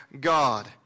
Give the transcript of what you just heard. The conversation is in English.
God